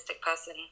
person